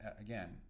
Again